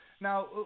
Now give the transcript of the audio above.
Now